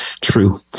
true